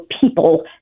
people